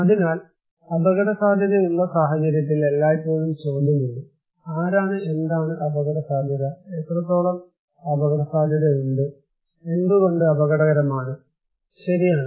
അതിനാൽ അപകടസാധ്യതയുള്ള സാഹചര്യത്തിൽ എല്ലായ്പ്പോഴും ചോദ്യമുണ്ട് ആരാണ് എന്താണ് അപകടസാധ്യത എത്രത്തോളം അപകടസാധ്യതയുണ്ട് എന്തുകൊണ്ട് അപകടകരമാണ് ശരിയാണ്